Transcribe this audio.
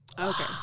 Okay